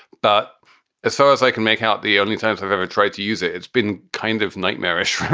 but as far as i can make out, the only times i've ever tried to use it, it's been kind of nightmarish.